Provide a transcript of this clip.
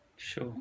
Sure